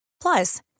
Plus